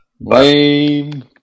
Blame